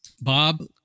Bob